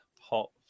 hot